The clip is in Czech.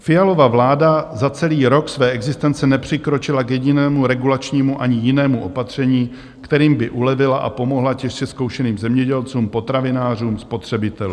Fialova vláda za celý rok své existence nepřikročila k jedinému regulačnímu ani jinému opatření, kterým by ulevila a pomohla těžce zkoušeným zemědělcům, potravinářům, spotřebitelům.